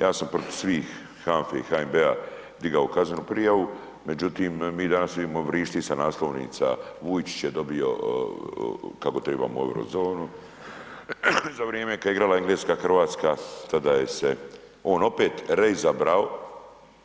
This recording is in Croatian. Ja sam protiv svih HANFE i HNB-a digao kaznenu prijavu, međutim mi danas imamo, vrišti sa naslovnica Vujčić je dobio kako tribamo u euro zonu za vrijeme kada je igrala Engleska-Hrvatska tada je se on opet reizabrao